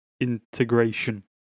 integration